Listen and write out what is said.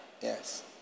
Yes